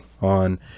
on